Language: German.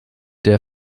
der